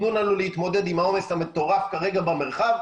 תנו לנו להתמודד עם העומס המטורף כרגע במרחב,